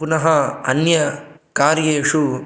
पुनः अन्यकार्येषु